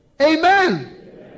Amen